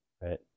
right